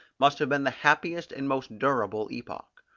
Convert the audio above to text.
must have been the happiest and most durable epoch.